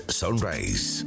Sunrise